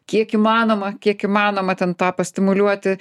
kiek įmanoma kiek įmanoma ten tą pastimuliuoti